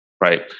Right